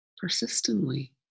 persistently